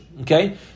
Okay